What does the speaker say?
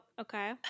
okay